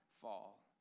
fall